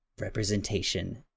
representation